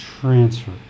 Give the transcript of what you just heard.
transfer